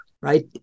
Right